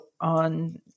on